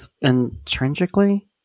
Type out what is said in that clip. intrinsically